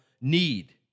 need